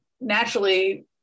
naturally